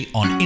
on